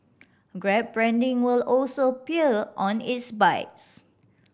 grab branding will also appear on its bikes